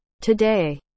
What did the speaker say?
Today